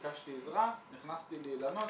ביקשתי עזרה, נכנסתי לאילנות.